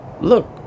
look